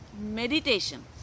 meditation